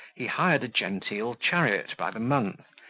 he hired a genteel chariot by the month,